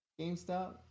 GameStop